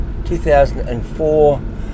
2004